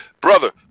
brother